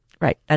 Right